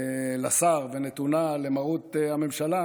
לשר ונתונה למרות הממשלה,